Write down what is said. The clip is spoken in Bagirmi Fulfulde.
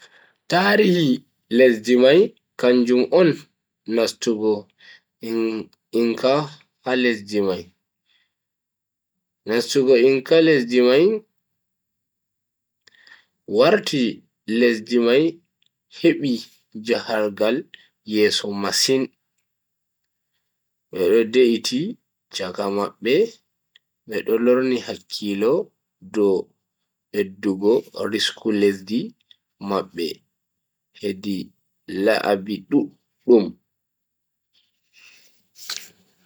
Tarihi lesdi mai kanjum on nastugo inca ha lesdi mai. nastugo inca lesdi mai, wati lesdi mai hebi jahangal yeso masin. be do de'iti chaka mabbe be do lorni hakkilo dow beddugo risku lesdi mabbe hedi laabi duddum.